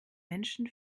menschen